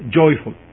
joyful